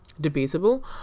Debatable